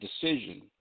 decision